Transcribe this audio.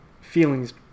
feelings